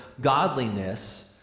godliness